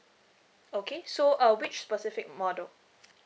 okay so uh which specific model